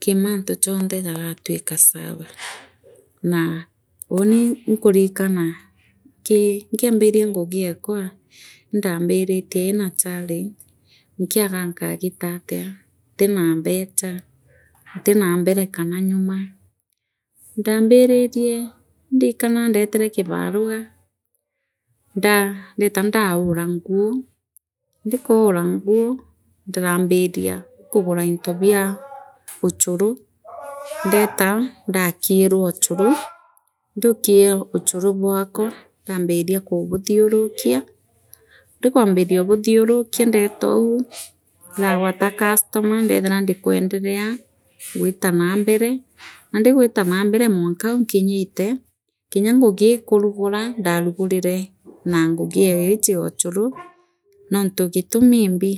kii mantu jonthe jogatwikaa sawa naa auni inkurikana kii nkiaanbiria ngugiekwa indaambirire iina challenge nkiagaa ngagitaatia ntira mbecha ntina mbire kana nyumo ndaambiririe indeetire kibaruga nda ndota ndaura nguu ndikaura nguu ndiraambina iikugura into bia uchuru ndootaa ndakitirwa uchuru ndiukirwa uchuru bwakwa ndaambiria kuubuthiurukia ndikwambiria obuthurukia ndeeto ndagwata customer ndeethira ndikwenderea gwita naa mbere naandi gwita anaa mbere mwankau nkinyite kirya ngugii kurugure ndaarugurire na ngugi uo iji yoochuru nontu gitami imbi.